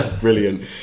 Brilliant